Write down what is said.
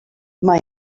mae